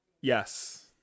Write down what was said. yes